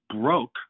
broke